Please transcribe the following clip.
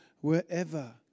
wherever